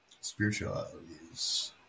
Spiritualities